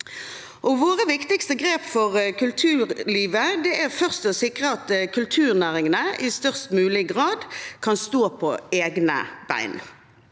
Våre viktigste grep for kulturlivet er for det første å sikre at kulturnæringene i størst mulig grad kan stå på egne bein.